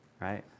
right